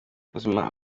ubuzima